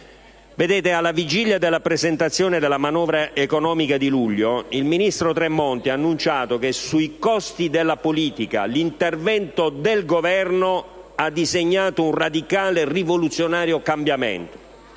Alla vigilia della presentazione della manovra economica di luglio il ministro Tremonti annunciò: «Sui costi della politica l'intervento del Governo ha disegnato un radicale e rivoluzionario cambiamento».